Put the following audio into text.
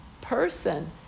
person